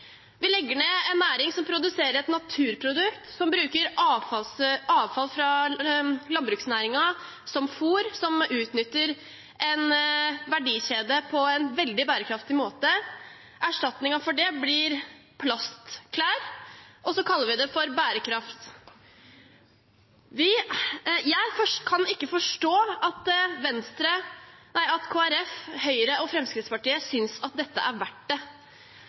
Vi legger ned en næring som produserer et naturprodukt, som bruker avfall fra landbruksnæringen som fôr, og som utnytter en verdikjede på en veldig bærekraftig måte. Erstatningen for det blir plastklær, og så kaller vi det for bærekraft. Jeg kan ikke forstå at Kristelig Folkeparti, Høyre og Fremskrittspartiet synes at det er verdt det.